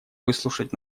выслушать